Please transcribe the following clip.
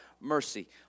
mercy